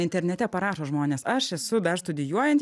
internete parašo žmonės aš esu dar studijuojanti